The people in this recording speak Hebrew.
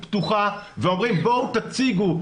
פתוחה ואומרים בואו תציגו,